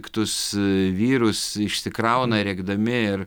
piktus vyrus išsikrauna rėkdami ir